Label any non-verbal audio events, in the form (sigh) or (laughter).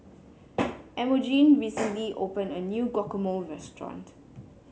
(noise) Emogene recently opened a new Guacamole restaurant